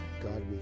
God